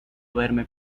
duerme